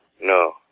no